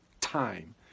time